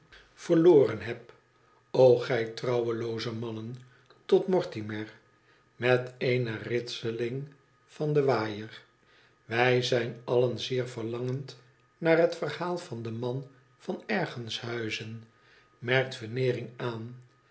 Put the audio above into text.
verlorea heb o gij trouwelooze mannen tot mortimer met eene ritseling an den waaier wij zijn allen zeer verlangend naar het verhaal van denmanvaix ergenshuizen merkt veneering aan